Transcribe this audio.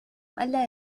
ألا